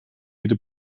jede